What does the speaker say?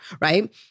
right